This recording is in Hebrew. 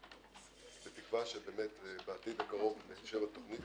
בתקווה שבעתיד הקרוב תתאשר תוכנית